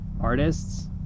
artists